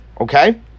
Okay